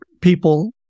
people